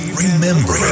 remember